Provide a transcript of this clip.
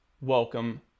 welcome